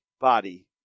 body